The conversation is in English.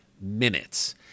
minutes